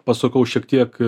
pasukau šiek tiek